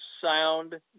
sound